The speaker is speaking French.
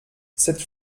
cette